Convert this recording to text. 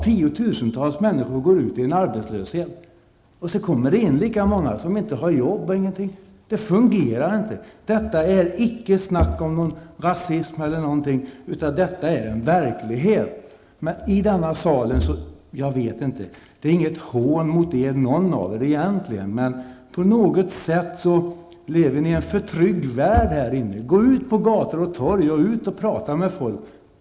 Tiotusentals människor går ut i arbetslöshet, och så kommer det in lika många som inte har jobb. Det fungerar inte. Det är här inte fråga om rasism eller något liknande, utan detta är en verklighet. Det är egentligen inget hån mot någon av er i denna sal, men på något sätt lever ni i en för trygg värld här inne. Gå ut på gator och torg och prata med folk!